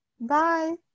Bye